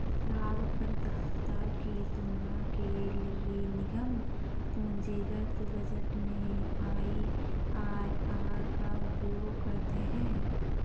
लाभप्रदाता की तुलना के लिए निगम पूंजीगत बजट में आई.आर.आर का उपयोग करते हैं